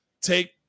take